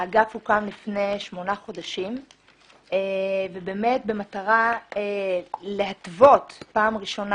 האגף הוקם לפני שמונה חודשים במטרה להתוות פעם ראשונה